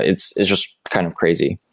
it's it's just kind of crazy.